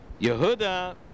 Yehuda